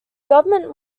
government